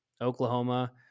Oklahoma